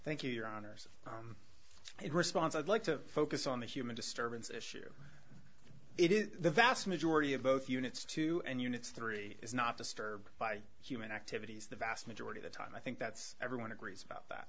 thank you your honors it response i'd like to focus on the human disturbance issue it is the vast majority of both units two and units three is not disturbed by human activities the vast majority of the time i think that's everyone agrees about that